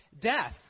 death